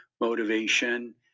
motivation